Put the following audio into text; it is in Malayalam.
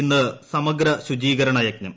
ഇന്ന് സമഗ്ര ശുചീകരണ യജ്ഞം